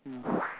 mm